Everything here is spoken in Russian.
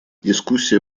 дискуссия